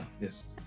Yes